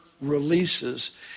releases